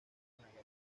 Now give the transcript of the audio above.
garganta